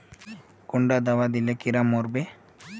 कुंडा दाबा दिले कीड़ा मोर बे?